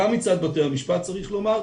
גם מצד בתי המשפט צריך לומר,